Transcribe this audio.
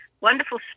wonderful